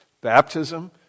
Baptism